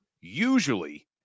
usually